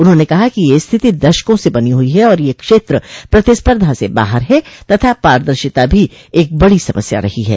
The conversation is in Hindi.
उन्होंने कहा कि यह स्थिति दशकों से बनी हुई है और यह क्षेत्र प्रतिस्पर्धा से बाहर है तथा पारदर्शिता भी एक बड़ी समस्या रही है